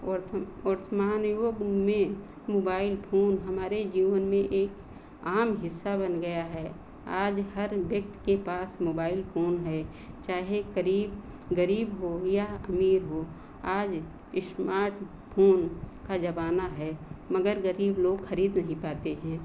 वर्त वर्तमान युग में मोबाइल फोन हमारे जीवन में एक आम हिस्सा बन गया है आज हर व्यक्ति के पास मोबाइल फोन है चाहे करीब ग़रीब हो या अमीर हो आज स्मार्ट फोन का ज़माना है मग़र ग़रीब लोग खरीद नहीं पाते हैं